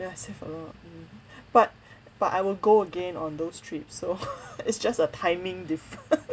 ya I save a lot mm but but I will go again on those trips so it's just a timing difference